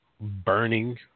burning